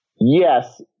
Yes